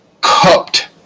cupped